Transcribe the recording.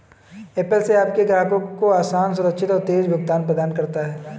Apple pay आपके ग्राहकों को आसान, सुरक्षित और तेज़ भुगतान प्रदान करता है